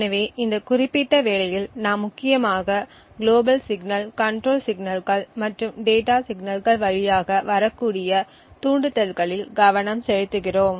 எனவே இந்த குறிப்பிட்ட வேலையில் நாம் முக்கியமாக குளோபல் சிக்னல் கண்ட்ரோல் சிக்னல்கள் மற்றும் டேட்டா சிக்னல்கள் வழியாக வரக்கூடிய தூண்டுதல்களில் கவனம் செலுத்துகிறோம்